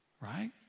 right